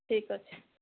ଠିକ୍ ଅଛି